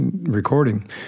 recording